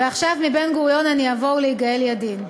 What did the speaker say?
ועכשיו, מבן-גוריון אני אעבור ליגאל ידין.